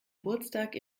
geburtstag